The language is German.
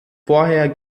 vorher